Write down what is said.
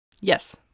Yes